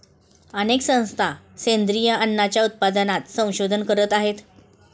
अनेक संस्था सेंद्रिय अन्नाच्या उत्पादनात संशोधन करत आहेत